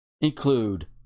include